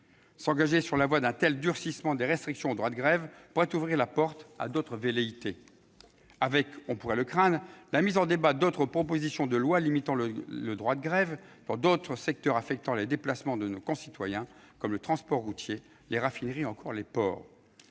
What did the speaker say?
S'engager sur la voie d'un tel durcissement des restrictions au droit de grève pourrait ouvrir la porte à d'autres velléités ... Avec, il y a lieu de le craindre, la mise en débat d'autres propositions de lois limitant le droit de grève dans d'autres secteurs affectant les déplacements de nos concitoyens, comme le transport routier, les raffineries ou encore les ports.